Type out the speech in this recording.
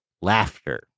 laughter